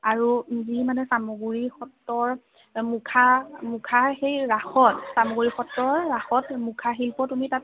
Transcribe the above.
আৰু যি মানে চামগুৰি সত্ৰৰ মুখা মুখাৰ সেই ৰাসত চামগুৰি সত্ৰৰ ৰাসত মুখা শিল্প তুমি তাত